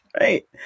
right